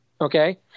okay